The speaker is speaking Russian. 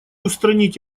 устранить